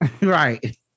Right